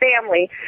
family